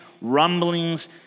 rumblings